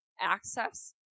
access